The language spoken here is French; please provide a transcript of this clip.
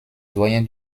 doyen